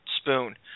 spoon